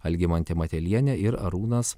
algimantė matelienė ir arūnas